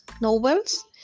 novels